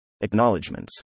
Acknowledgements